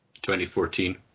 2014